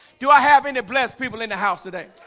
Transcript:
do i have any bless people in the house today?